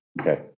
Okay